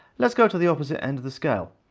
let's go to the opposite end of the scale.